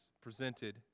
presented